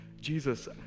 Jesus